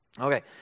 Okay